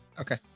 Okay